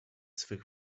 swych